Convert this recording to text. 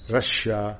Russia